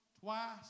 twice